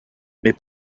mais